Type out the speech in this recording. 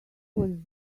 was